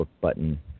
button